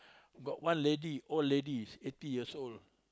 got one lady old ladies eighty years old